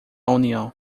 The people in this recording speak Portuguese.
união